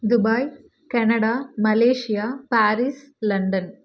Dubai Canada Malaysia Paris London